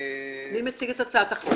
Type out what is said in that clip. מי מציג את הצעת החוק?